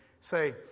say